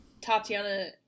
Tatiana